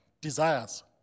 desires